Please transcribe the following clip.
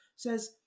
says